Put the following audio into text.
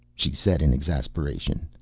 she said in exasperation.